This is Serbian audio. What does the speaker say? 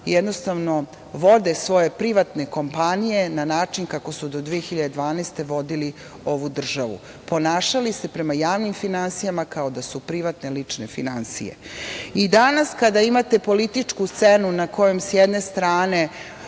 jednostavno vode svoje privatne kompanije na način kako su do 2012. godine vodili ovu državu, ponašali se prema javnim finansijama kao da su privatne lične finansije.I danas, kada imate političku scenu na kojoj s jedne strane